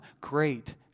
great